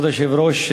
כבוד היושב-ראש,